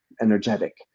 energetic